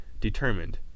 determined